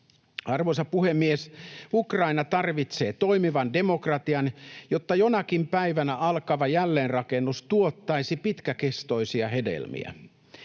Arvoisa puhemies! Ukraina tarvitsee toimivan demokratian, jotta jonakin päivänä alkava jälleenrakennus tuottaisi pitkäkestoisia hedelmiä.